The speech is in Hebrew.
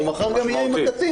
הוא מחר יהיה עם הקטין.